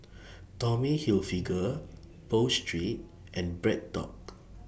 Tommy Hilfiger Pho Street and BreadTalk